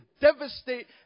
devastate